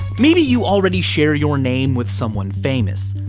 maybe you already share your name with someone famous.